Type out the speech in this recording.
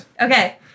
okay